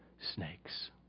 snakes